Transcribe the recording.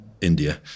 India